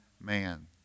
man